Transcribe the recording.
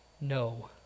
no